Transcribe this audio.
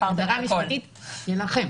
ההגדרה המשפטית שלכם.